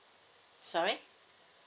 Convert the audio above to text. sorry